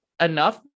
enough